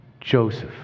joseph